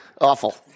awful